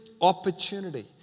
opportunity